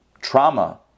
trauma